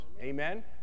Amen